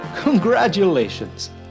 Congratulations